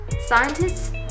scientists